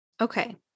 Okay